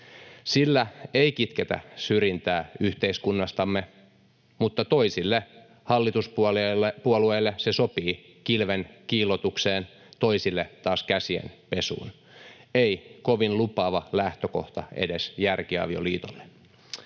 Sillä ei kitketä syrjintää yhteiskunnastamme, mutta toisille hallituspuolueille se sopii kilven kiillotukseen, toisille taas käsien pesuun — ei kovin lupaava lähtökohta edes järkiavioliitolle.